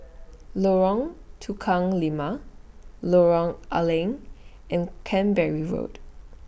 Lorong Tukang Lima Lorong A Leng and Canberra Road